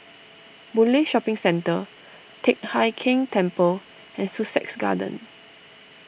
Boon Lay Shopping Centre Teck Hai Keng Temple and Sussex Garden